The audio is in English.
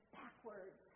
backwards